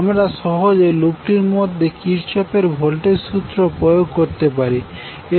আমরা সহজে লুপটির মধ্যে কির্চফ এর ভোল্টেজ সূত্রটি প্রয়োগ করতে পারি এবং কারেন্টের মান নির্ণয় করতে পারি